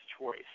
choice